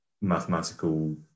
mathematical